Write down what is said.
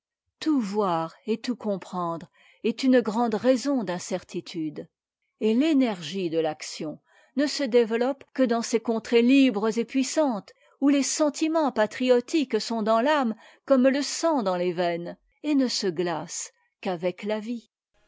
tout voir et tout comprendre est une grande raison d'incertitude et l'énergie de l'action ne se développe que dans ces contrées libres et puissantes où les sentiments patriotiques sont dans l'âme comme le sang dans les veines et ne se glacent qu'avec la vie